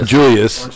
Julius